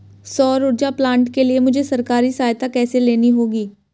सौर ऊर्जा प्लांट के लिए मुझे सरकारी सहायता कैसे लेनी होगी?